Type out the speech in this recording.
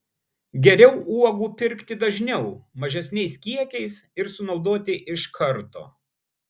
geriau uogų pirkti dažniau mažesniais kiekiais ir sunaudoti iš karto